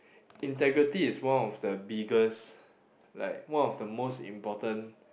integrity is one of the biggest like one of the most important